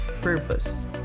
purpose